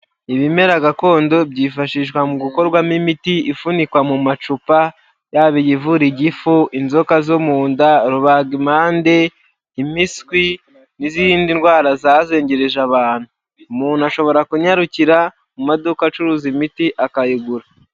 Ibimera gakondo byifashishwa mu gukorwamo imiti ifunikwa mu macupa, yaba iyivura igifu, inzoka zo mu nda, rubagimpande, impiswi n'izindi ndwara zazengereje abantu. Umuntu ashobora kunyarukira mu maduka acuruza imiti akayigura.